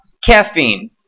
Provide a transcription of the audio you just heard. Caffeine